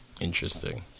Interesting